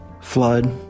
Flood